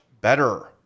better